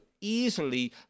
easily